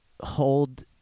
hold